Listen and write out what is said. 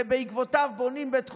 ובעקבותיו בונים בית חולים,